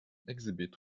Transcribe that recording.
exhibit